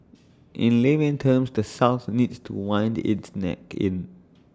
in layman's terms the south needs to wind its neck in